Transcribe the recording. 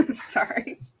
sorry